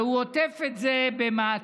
והוא עוטף את זה במעטפת